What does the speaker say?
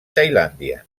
tailàndia